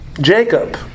Jacob